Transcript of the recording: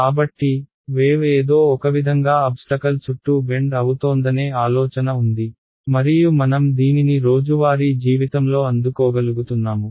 కాబట్టి వేవ్ ఏదో ఒకవిధంగా అబ్స్టకల్ చుట్టూ బెండ్ అవుతోందనే ఆలోచన ఉంది మరియు మనం దీనిని రోజువారీ జీవితంలో అందుకోగలుగుతున్నాము